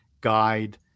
guide